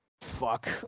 Fuck